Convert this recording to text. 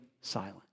silent